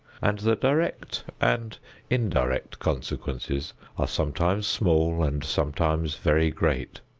and the direct and indirect consequences are sometimes small and sometimes very great.